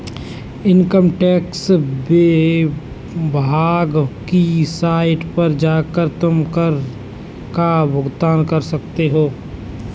income tax विभाग की site पर जाकर तुम कर का भुगतान कर सकते हो